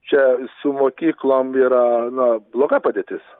čia su mokyklom yra na bloga padėtis